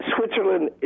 Switzerland